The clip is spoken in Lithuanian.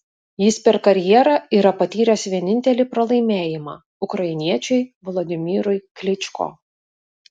jis per karjerą yra patyręs vienintelį pralaimėjimą ukrainiečiui volodymyrui klyčko